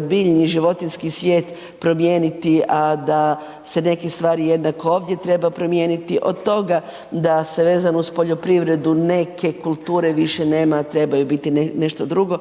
biljni i životinjski svijet promijeniti, a da se neki stvari jednako ovdje treba promijeniti, od toga da se vezano uz poljoprivredu neke kulture više nema, a trebaju biti nešto drugo,